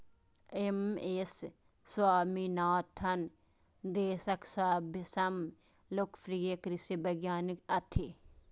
M S Swaminathan देशक सबसं लोकप्रिय कृषि वैज्ञानिक छथि